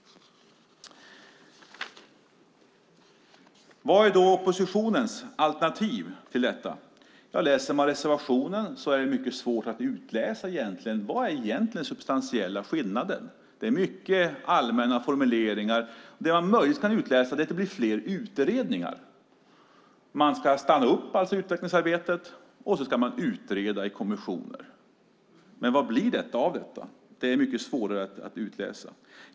Vad är då oppositionens alternativ till detta? Läser man reservationen är det mycket svårt att utläsa vad som egentligen är den substantiella skillnaden. Det är mycket allmänna formuleringar. Det som man möjligtvis kan utläsa är att det blir fler utredningar. Man ska alltså stanna upp i utvecklingsarbetet och utreda i kommissioner. Men vad blir det av detta? Det är det mycket svårare att utläsa.